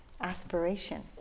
aspiration